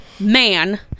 man